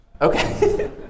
Okay